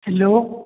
hello